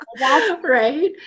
Right